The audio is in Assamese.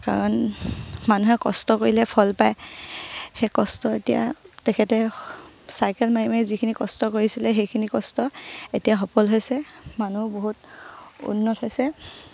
কাৰণ মানুহে কষ্ট কৰিলে ফল পায় সেই কষ্ট এতিয়া তেখেতে চাইকেল মাৰি মাৰি যিখিনি কষ্ট কৰিছিলে সেইখিনি কষ্ট এতিয়া সফল হৈছে মানুহ বহুত উন্নত হৈছে